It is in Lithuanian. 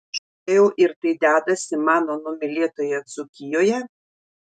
šiurptelėjau ir tai dedasi mano numylėtoje dzūkijoje